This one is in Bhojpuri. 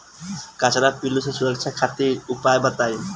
कजरा पिल्लू से सुरक्षा खातिर उपाय बताई?